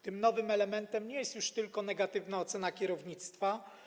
Tym nowym elementem nie jest już tylko negatywna oceny kierownictwa.